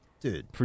Dude